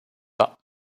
pas